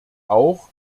auch